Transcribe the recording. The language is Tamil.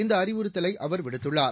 இந்த அறிவறுத்தலை அவா விடுத்துள்ளார்